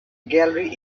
gallery